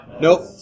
Nope